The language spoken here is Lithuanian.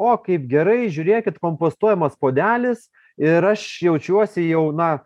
o kaip gerai žiūrėkit kompostuojamas puodelis ir aš jaučiuosi jau na